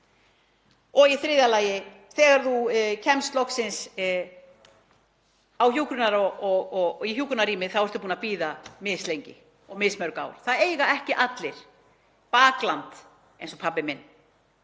Í þriðja lagi, þegar þú kemst loksins í hjúkrunarrými þá ertu búinn að bíða mislengi, mismörg ár. Það eiga ekki allir bakland eins og pabbi minn.